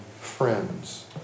friends